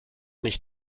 nicht